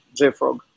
jfrog